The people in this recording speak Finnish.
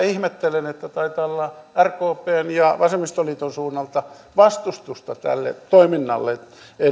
ihmettelen että taitaa olla rkpn ja vasemmistoliiton suunnalta vastustusta tälle toiminnalle